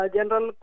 General